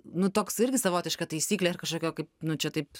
nu toks irgi savotiška taisyklė ir kažkokia kaip nu čia taip